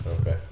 Okay